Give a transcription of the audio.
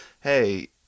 hey